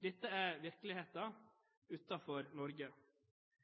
Dette er virkeligheten – utenfor Norge.